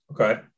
Okay